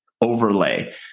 overlay